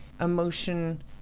emotion